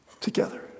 together